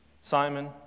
Simon